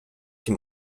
dem